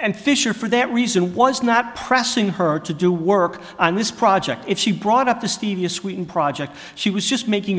and fisher for that reason was not pressing her to do work on this project if she brought up the stevia sweetened project she was just making